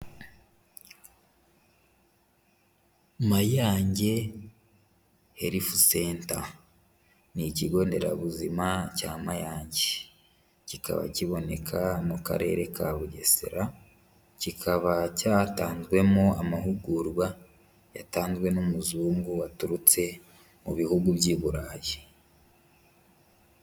Mayange health center, ni ikigo nderabuzima cya Mayange kikaba kiboneka mu karere ka bugesera kikaba cyatanzwemo amahugurwa yatanzwe n'umuzungu waturutse mu bihugu by'i Burayi.